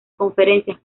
conferencias